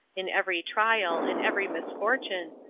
in every trial, in every misfortune,